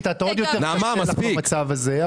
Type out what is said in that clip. התסכול הזה של מפלגות שלא עוברות את אחוז החסימה.